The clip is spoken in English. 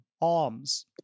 Alms